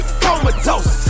comatose